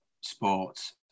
sports